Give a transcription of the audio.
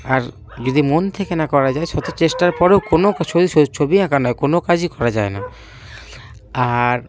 আর যদি মন থেকে না করা যায় শত চেষ্টার পরেও কোনো ছবি আঁকা নয় কোনো কাজই করা যায় না আর